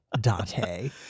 Dante